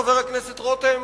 חבר הכנסת רותם,